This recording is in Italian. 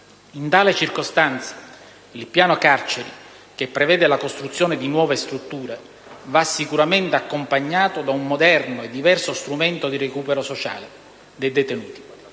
In tale circostanza, il piano carceri, che prevede la costruzione di nuove strutture, va sicuramente accompagnato da un moderno e diverso strumento di recupero sociale dei detenuti.